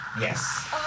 Yes